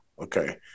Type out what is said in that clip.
Okay